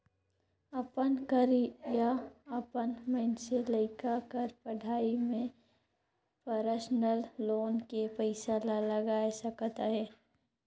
अपन कर या अपन मइनसे लइका कर पढ़ई में परसनल लोन के पइसा ला लगाए सकत अहे